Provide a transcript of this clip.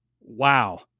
Wow